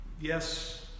yes